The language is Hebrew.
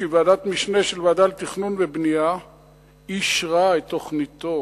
כי ועדת משנה של הוועדה לתכנון ובנייה אישרה את תוכניתו